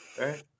right